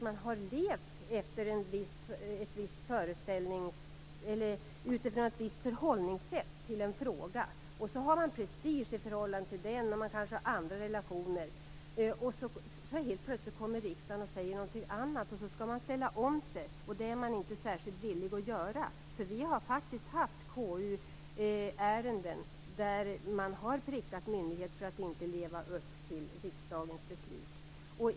Man har levt utifrån ett visst förhållningssätt till en fråga. Det har gått prestige i den, och man kanske har andra relationer. Helt plötsligt kommer riksdagen och säger någonting annat, och så skall man ställa om sig. Det är man inte särskilt villig att göra. Vi har faktiskt haft KU-ärenden där man har prickat myndigheter för att inte leva upp till riksdagens beslut.